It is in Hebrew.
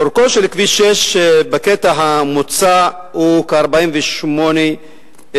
אורכו של כביש 6 בקטע המוצע הוא כ-48 קילומטר.